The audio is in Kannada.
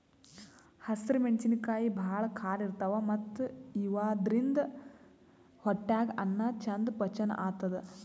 ಹಸ್ರ್ ಮೆಣಸಿನಕಾಯಿ ಭಾಳ್ ಖಾರ ಇರ್ತವ್ ಮತ್ತ್ ಇವಾದ್ರಿನ್ದ ಹೊಟ್ಯಾಗ್ ಅನ್ನಾ ಚಂದ್ ಪಚನ್ ಆತದ್